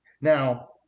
Now